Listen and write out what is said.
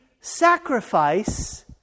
sacrifice